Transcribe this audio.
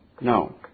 No